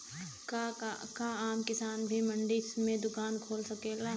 का आम किसान भी मंडी में दुकान खोल सकेला?